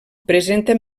presenta